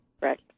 Right